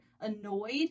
annoyed